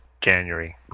January